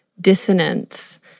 dissonance